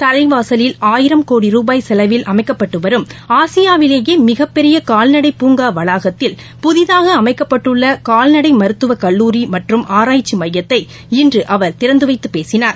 தலைவாசலில் ஆயிரம் கோடி ருபாய் செலவில் அமைக்கப்பட்டுவரும் ஆசியாவிலேயேமிகப்பெரியகால்நடை பூங்காவளாகத்தில் புதிதாகஅமைக்கப்பட்டுள்ளகால்நடைமருத்துவக் கல்லூரி மற்றும் ஆராய்ச்சிமையத்தை இன்றுஅவர் திறந்துவைத்துபேசினார்